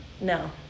no